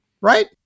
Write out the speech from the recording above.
Right